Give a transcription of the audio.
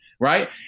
right